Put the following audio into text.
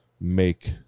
make